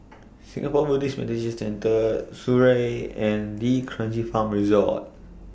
Singapore Buddhist Meditation Centre Surrey and D'Kranji Farm Resort